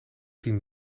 tien